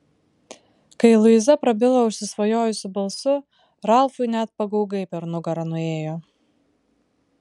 kai luiza prabilo užsisvajojusiu balsu ralfui net pagaugai per nugarą nuėjo